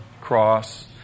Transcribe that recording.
cross